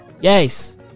Yes